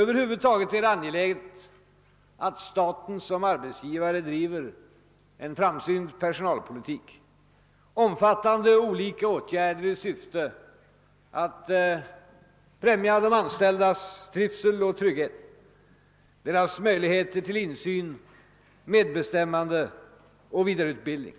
Över huvud taget är det angeläget att staten som arbetsgivare driver en framsynt personalpolitik, omfattande olika åtgärder i syfte att främja de anställdas trivsel och trygghet och deras möjligheter till insyn, medbestämmande och vidareutbildning.